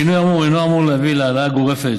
השינוי האמור אינו אמור להביא להעלאה גורפת